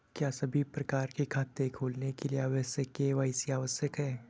क्या सभी प्रकार के खाते खोलने के लिए के.वाई.सी आवश्यक है?